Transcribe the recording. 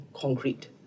concrete